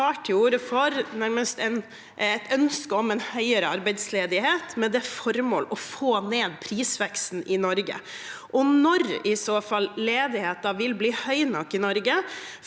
tar til orde for et ønske om høyere arbeidsledighet, med det formål å få ned prisveksten i Norge. Og når vil i så fall ledigheten bli høy nok i Norge